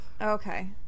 Okay